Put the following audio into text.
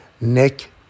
Nick